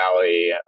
Valley